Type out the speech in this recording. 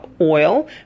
oil